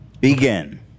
begin